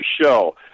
show